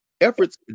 efforts